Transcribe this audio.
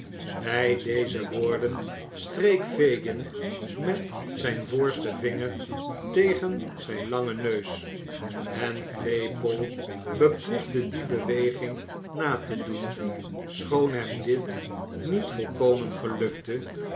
bij deze woorden streek fagin met zijn voorsten vinger tegen zijn langen neus en claypole beproefde die beweging na te doen schoon hem dit niet volkomen gelukte